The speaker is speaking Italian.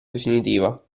definitiva